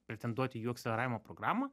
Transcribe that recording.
pretenduoti į jų akseleravimo programą